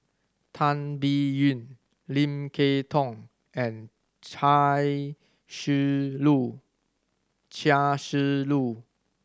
Tan Biyun Lim Kay Tong and Chia Shi Lu